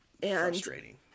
Frustrating